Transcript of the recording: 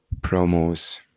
promos